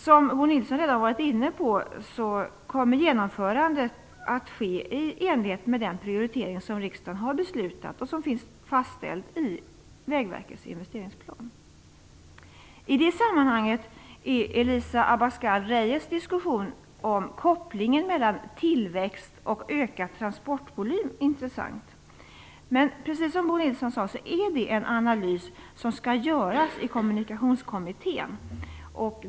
Som Bo Nilsson redan har varit inne på kommer genomförandet att ske i enlighet med den prioritering som riksdagen har beslutat och som finns fastställd i Vägverkets investeringsplan. I det sammanhanget är Elisa Abascal Reyes diskussion om kopplingen mellan tillväxt och ökad transportvolym intressant. Men precis som Bo Nilsson sade är detta en analys som skall göras i Kommunikationskommittén.